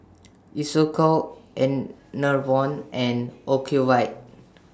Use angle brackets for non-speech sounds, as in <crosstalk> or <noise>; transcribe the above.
<noise> Isocal Enervon and Ocuvite